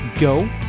Go